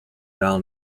doll